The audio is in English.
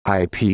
IP